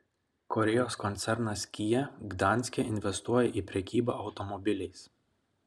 korėjos koncernas kia gdanske investuoja į prekybą automobiliais